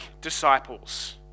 disciples